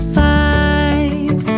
five